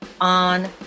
on